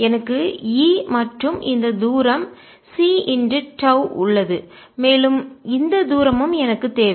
எனக்கு E மற்றும் இந்த தூரம் c τ உள்ளது மேலும் இந்த தூரமும் எனக்குத் தேவை